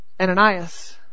Ananias